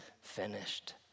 finished